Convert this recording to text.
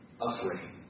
afraid